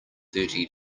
thirty